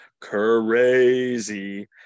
crazy